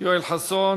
מיקי לוי רשום.